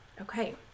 okay